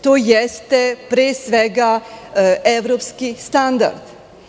To je pre svega evropski standard.